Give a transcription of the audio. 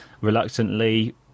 reluctantly